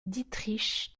dietrich